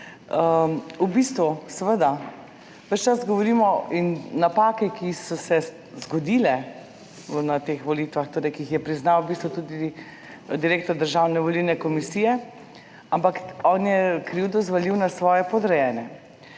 v bistvu seveda ves čas govorimo in napake, ki so se zgodile na teh volitvah, torej, ki jih je priznal v bistvu tudi direktor Državne volilne komisije, ampak on je krivdo izvolil na svoje podrejene.